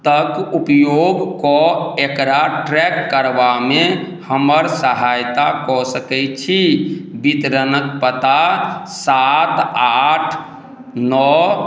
तक उपयोग कऽ एकरा ट्रैक करबामे हमर सहायता कऽ सकैत छी बितरणक पता सात आठ नओ